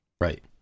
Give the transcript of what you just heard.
Right